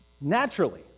naturally